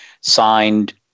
signed